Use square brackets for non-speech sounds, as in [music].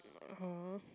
[noise] !huh!